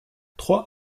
trois